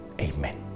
Amen